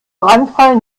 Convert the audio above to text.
brandfall